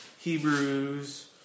Hebrews